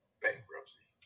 bankruptcy